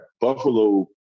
Buffalo